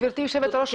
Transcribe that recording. גברתי היושבת-ראש,